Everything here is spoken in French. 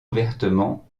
ouvertement